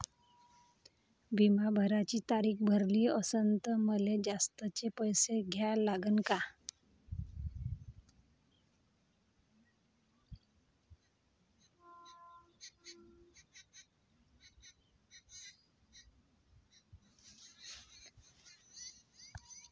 बिमा भराची तारीख भरली असनं त मले जास्तचे पैसे द्या लागन का?